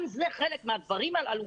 גם זה חלק מן הדברים הללו.